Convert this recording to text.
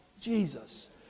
Jesus